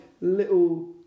little